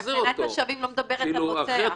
תקנת השבים לא מדברת על רוצח.